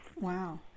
wow